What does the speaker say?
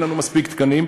אין לנו מספיק תקנים,